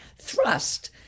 thrust